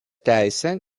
teisę